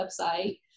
website